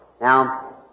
Now